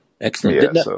Excellent